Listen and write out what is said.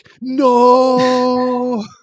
no